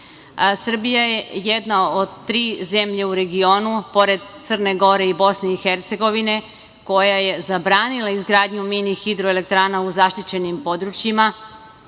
Srbija je jedna od tri zemlje u regionu, pored Crne Gore i Bosne i Hercegovine, koja je zabranila izgradnju mini-hidroelektrana u zaštićenim područjima,